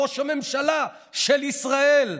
ראש הממשלה של ישראל.